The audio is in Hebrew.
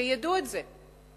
שידעו את זה.